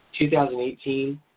2018